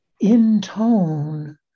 intone